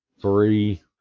three